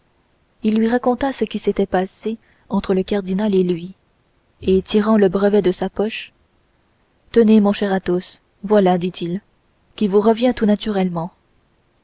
il lui raconta ce qui s'était passé entre le cardinal et lui et tirant le brevet de sa poche tenez mon cher athos voilà dit-il qui vous revient tout naturellement